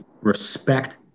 respect